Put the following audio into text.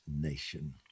nation